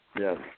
Yes